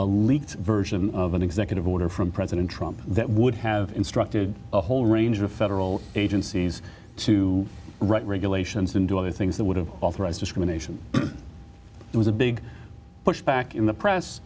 leaked version of an executive order from president trump that would have instructed a whole range of federal agencies to write regulations and do other things that would have authorized discrimination it was a big push back in the press